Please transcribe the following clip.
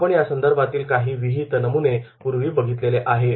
आपण या संदर्भातील काही विहीत नमुने पूर्वी बघितलेले आहेत